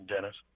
Dennis